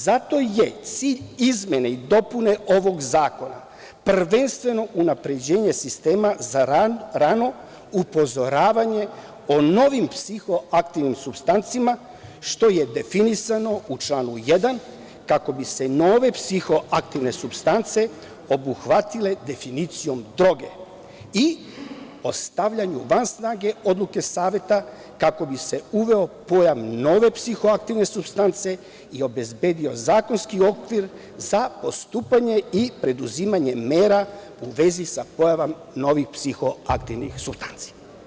Zato je cilj izmene i dopune ovog zakona prvenstveno unapređenje sistema za rano upozoravanje o novim psihoaktivnim suspstancima, što je definisano u članu 1. kako bi se nove psihoaktivne supstance obuhvatile definicijom droge i o stavljanju van snage odluke Saveta kako bi se uveo pojam nove psihoaktivne supstance i obezbedio zakonski okvir za odstupanje i preduzimanje mera u vezi sa pojavom novih psihoaktivnih supstanci.